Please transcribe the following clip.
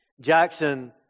Jackson